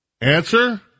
Answer